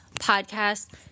podcast